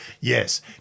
Yes